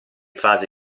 fase